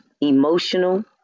emotional